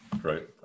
right